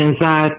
inside